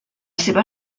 seva